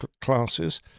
classes